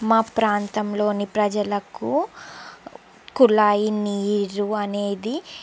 మా ప్రాంతంలోని ప్రజలకు కుళాయి నీరు అనేది